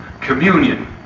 communion